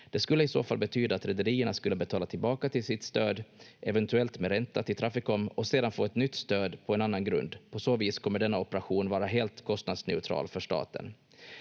Det skulle i så fall betyda att rederierna skulle betala tillbaka sitt stöd, eventuellt med ränta, till Traficom och sedan få ett nytt stöd på en annan grund. På så vis kommer denna operation vara helt kostnadsneutral för staten.